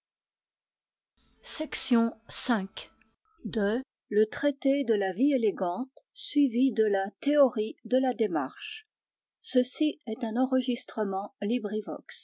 la théorie de la démarche traité de la vie élégante suivi de la théorie de la démarche table of contents pages